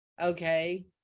Okay